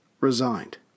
resigned